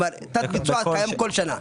כלומר תת ביצוע קיים כל שנה.